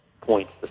points